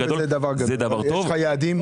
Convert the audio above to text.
זה אירוע וזה דבר גדול, ויש לך יעדים?